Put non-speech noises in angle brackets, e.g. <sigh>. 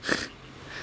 <laughs>